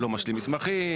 לא משלים מסמכים,